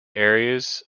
areas